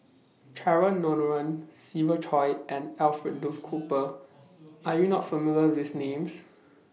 Cheryl Noronha Siva Choy and Alfred Duff Cooper Are YOU not familiar with These Names